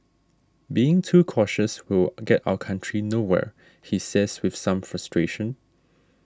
being too cautious will get our country nowhere he says with some frustration